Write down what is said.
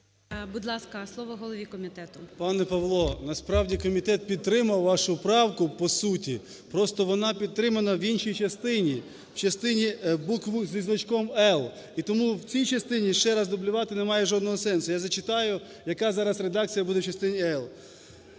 Будь ласка, слово голові комітету. 13:41:37 КНЯЗЕВИЧ Р.П. Пане Павло, насправді комітет підтримав вашу правку, по суті, просто вона підтримана в іншій частині, в частині букви зі значком "л", і тому в цій частині ще раз дублювати немає жодного сенсу. Я зачитаю, яка зараз редакція буде в частині "л".